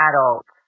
adults